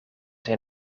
zijn